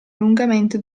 lungamente